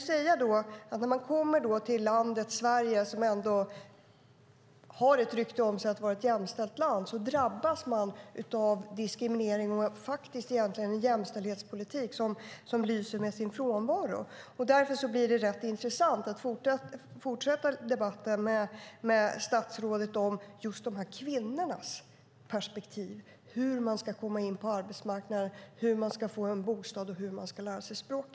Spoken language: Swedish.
När kvinnorna kommer till landet Sverige, som ändå har ett rykte om sig att vara ett jämställt land drabbas de av diskriminering och av en jämställdhetspolitik som lyser med sin frånvaro. Därför blir det intressant att fortsätta debatten med statsrådet om just dessa kvinnors perspektiv. Hur ska de komma in på arbetsmarknaden, hur ska de få en bostad och hur ska de lära sig språket?